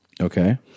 Okay